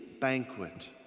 banquet